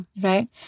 Right